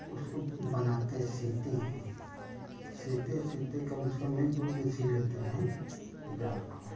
उसको बनाते सिलते हैं सिलते सिलते कम से कम में दो दिन सिलते हैं जाल को